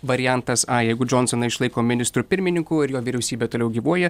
variantas a jeigu džonsoną išlaiko ministru pirmininku ir jo vyriausybė toliau gyvuoja